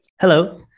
Hello